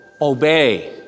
obey